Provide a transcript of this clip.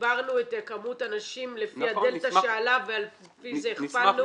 שחיברנו את כמות הנשים לפי הדלתא שעלה ועל פי זה הכפלנו.